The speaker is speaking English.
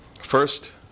First